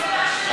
חייב,